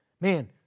man